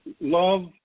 love